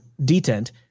detent